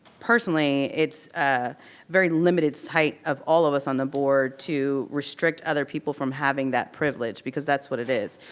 personally, it's ah very limited sight of all of us on the board to restrict other people from having that privilege, because that's what it is.